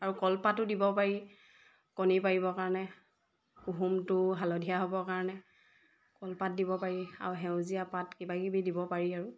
আৰু কলপাতো দিব পাৰি কণী পাৰিবৰ কাৰণে কুহুমটো হালধীয়া হ'বৰ কাৰণে কলপাত দিব পাৰি আৰু সেউজীয়া পাত কিবা কিবি দিব পাৰি আৰু